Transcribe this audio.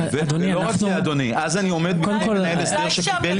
לא רק זה אדוני אלא אז אני עומד בפני מנהל הסדר שקיבל